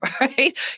right